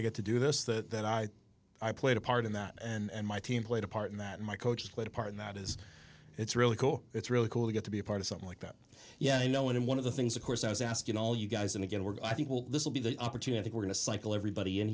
i get to do this that that i i played a part in that and my team played a part in that my coaches played a part in that is it's really cool it's really cool to get to be a part of something like that yeah i know when one of the things of course i was asking all you guys and again we're i think will this will be the opportunity we're going to cycle everybody in